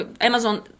Amazon